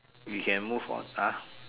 we can move on ah